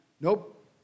Nope